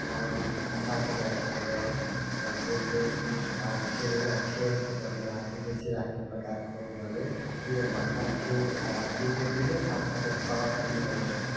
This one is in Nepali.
साथीभाइहरूसँग बोल्ने खेल्न खेलकुदहरूमा रुचि राख्ने प्रकारको हुनाले उनीहरूभन्दा केही मिल्दोजुल्दो साथसाथै फरक पनि रहेको छु